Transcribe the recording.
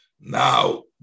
Now